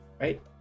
right